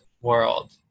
world